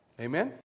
Amen